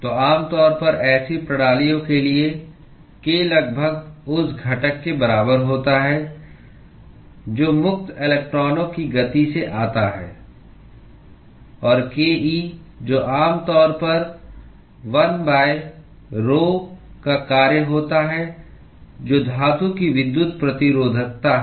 तो आम तौर पर ऐसी प्रणालियों के लिए k लगभग उस घटक के बराबर होता है जो मुक्त इलेक्ट्रॉनों की गति से आता है और ke जो आमतौर पर 1rhoe का कार्य होता है जो धातु की विद्युत प्रतिरोधकता है